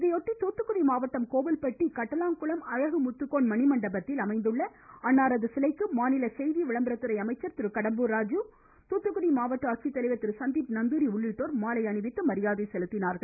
இதையொட்டி தூத்துக்குடி மாவட்டம் கோவில்பட்டி அருகே கட்டாலங்குளம் அழகு முத்துக்கோன் மணிமண்டபத்தில் அமைந்துள்ள அவரது சிலைக்கு மாநில செய்தி விளம்பரத்துறை அமைச்சர் திரு கடம்பூர் ராஜு மாவட்ட ஆட்சித்தலைவர் திரு சந்தீப் நந்தூரி உள்ளிட்டோர் மாலை அணிவித்து மரியாதை செலுத்தினர்